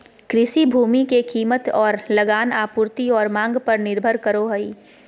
कृषि भूमि के कीमत और लगान आपूर्ति और मांग पर निर्भर करो हइ